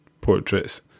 portraits